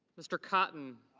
mr. cotton.